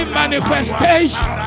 manifestation